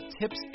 tips